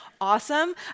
awesome